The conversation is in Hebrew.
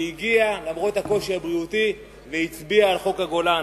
הוא הגיע למרות הקושי הבריאותי והצביע על חוק הגולן.